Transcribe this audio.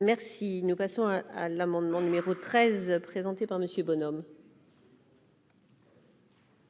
Merci, nous passons à l'amendement numéro 13 présenté par Monsieur Bonhomme.